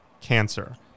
cancer